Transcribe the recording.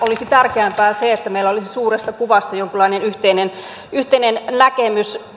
olisi tärkeämpää se että meillä olisi suuresta kuvasta jonkunlainen yhteinen näkemys